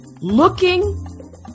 looking